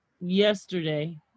Yesterday